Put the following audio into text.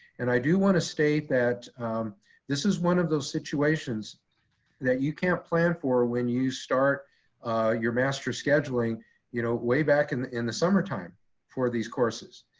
and i do wanna state that this is one of those situations that you can't plan for when you start your master scheduling you know way back in the in the summertime for these courses.